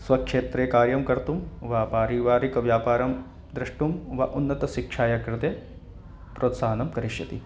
स्वक्षेत्रे कार्यं कर्तुं वा पारिवारिकं व्यापारं द्रष्टुं वा उन्नतशिक्षायाः कृते प्रोत्साहनं करिष्यति